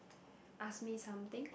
ask me something